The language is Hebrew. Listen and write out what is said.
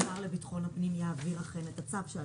ככל שהשר לביטחון הפנים יעביר אכן את הצו.